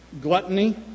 gluttony